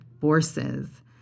forces